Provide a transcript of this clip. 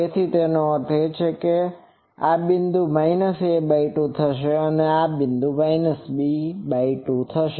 તેથી તેનો અર્થ એ કે આ બિંદુ a2 થશે અને આ બિંદુ b2 થશે